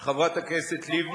חברת הכנסת לבני